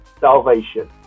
salvation